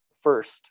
first